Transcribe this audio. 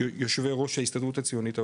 ויושבי ראש ההסתדרות הציונית העולמית.